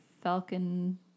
Falcon